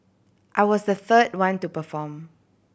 I was the third one to perform